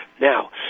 Now